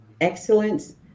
Excellence